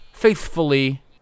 faithfully